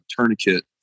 tourniquet